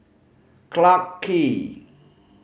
Clarke Quay